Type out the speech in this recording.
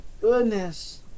goodness